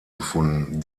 gefunden